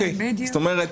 זאת אומרת,